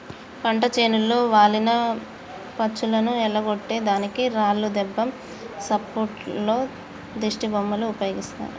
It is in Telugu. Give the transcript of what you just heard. పంట చేనులో వాలిన పచ్చులను ఎల్లగొట్టే దానికి రాళ్లు దెబ్బ సప్పుల్లో దిష్టిబొమ్మలు ఉపయోగిస్తారు